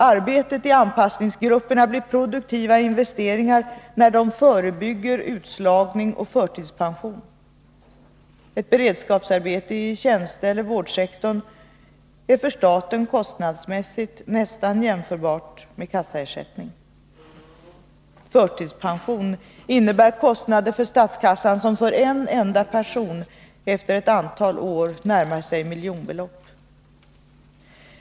Arbetet i anpassningsgrupperna blir produktiva investeringar när det förebygger utslagning och förtidspension. Ett beredskapsarbete i tjänsteeller vårdsektorn är för staten kostnadsmässigt nästan jämförbart med kassaersättning. Förtidspension innebär kostnader för statskassan som för en enda person efter ett antal år närmar sig miljonbelopp.